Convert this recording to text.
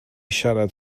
siarad